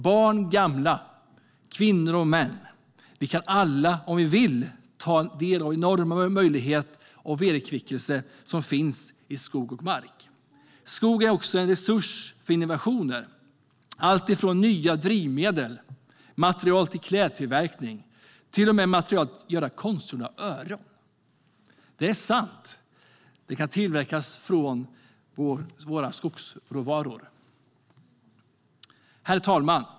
Barn och gamla, kvinnor och män, vi kan alla om vi vill ta del av de enorma möjligheter av vederkvickelse som finns i skog och mark. Skogen är också en resurs för innovationer. Alltifrån nya drivmedel, material till klädtillverkning till material till att göra konstgjorda öron - det är sant! - kan tillverkas av skogsråvaror. Herr talman!